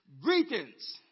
greetings